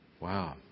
Wow